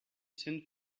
cent